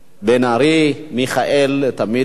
בן-ארי מיכאל תמיד פה.